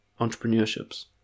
entrepreneurships